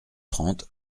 trente